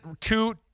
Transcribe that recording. two